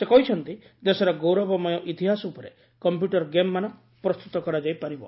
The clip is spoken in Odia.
ସେ କହିଛନ୍ତି ଦେଶର ଗୌରବମୟ ଇତିହାସ ଉପରେ କମ୍ପ୍ୟୁଟର ଗେମ୍ମାନ ପ୍ରସ୍ତୁତ କରାଯାଇ ପାରିବ